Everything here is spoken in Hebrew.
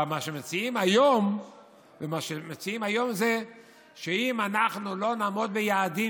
מה שמציעים היום זה שאם אנחנו לא נעמוד ביעדים